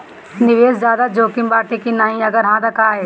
निवेस ज्यादा जोकिम बाटे कि नाहीं अगर हा तह काहे?